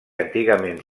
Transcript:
antigament